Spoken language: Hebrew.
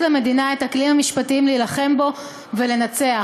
למדינה את הכלים המשפטיים להילחם בו ולנצח.